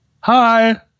Hi